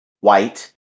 white